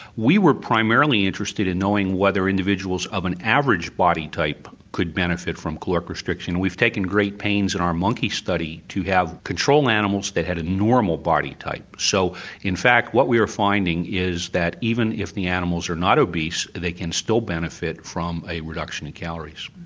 we were primarily interested in knowing whether individuals of an average body type could benefit from caloric restriction. we've taken great pains in our monkey study to have control animals that had a normal body type. so in fact what we are finding is that even if the animals are not obese they can still benefit from a reduction in calories.